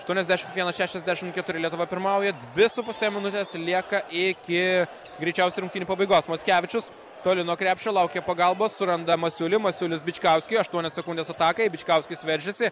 aštuoniasdešimt vienas šešiasdešimt keturi lietuva pirmauja dvi su puse minutės lieka iki greičiausių rungtynių pabaigos mockevičius toli nuo krepšio laukia pagalbos suranda masiulį masiulis bičkauskiui aštuonios sekundės atakai bičkauskis veržiasi